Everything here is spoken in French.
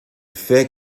fait